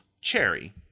Cherry